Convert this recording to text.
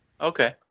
Okay